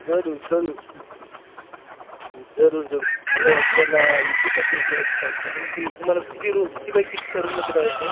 जरूर जरूर जरूर जरूर हे बघा तुम्हाला ए सीसाठी एक माहिती सांगतो तुमची तुम्हाला किती रू किती बाय कितीच्या रूममध्ये लावायचे आहे